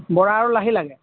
বৰা আৰু লাহি লাগে